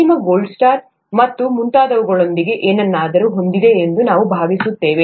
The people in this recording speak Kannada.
ಅಂತಿಮವು ಗೋಲ್ಡ್ ಸ್ಟಾರ್ ಮತ್ತು ಮುಂತಾದವುಗಳೊಂದಿಗೆ ಏನನ್ನಾದರೂ ಹೊಂದಿದೆ ಎಂದು ನಾನು ಭಾವಿಸುತ್ತೇನೆ